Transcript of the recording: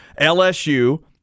LSU